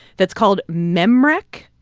that's called memrec.